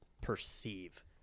perceive